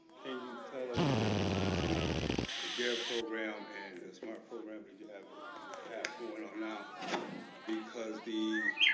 can you tell us the difference between the dare program and the smart program? did you have going on now? because the